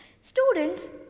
Students